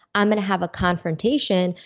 i'm gonna have a confrontation.